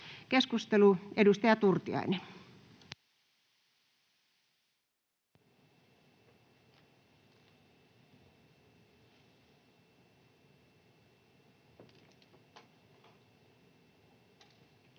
Keskustelu, edustaja Turtiainen. [Speech